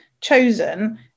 chosen